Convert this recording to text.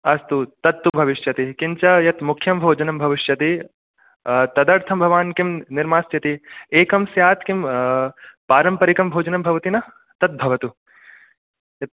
अस्तु तत्तु भविष्यति किञ्च यत् मुख्यं भोजनं भविष्यति तदर्थं भवान् किं निर्मास्यति एकं स्यात् किं पारम्परिकं भोजनं भवति न तद्भवतु यत्